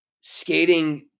skating –